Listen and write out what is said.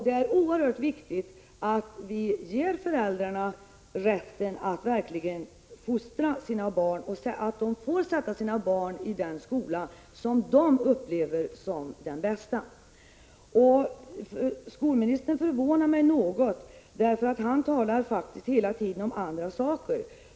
Det är oerhört viktigt att vi ger föräldrarna rätt att verkligen fostra sina barn och att de får sätta sina barn i den skola som de upplever som den bästa. Skolministern förvånar mig faktiskt något, för han talar hela tiden om andra saker.